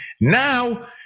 Now